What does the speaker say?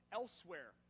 elsewhere